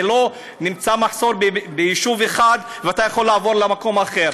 זה לא שנמצא מחסור ביישוב אחד ואתה יכול לעבור למקום אחר.